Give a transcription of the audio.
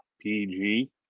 PG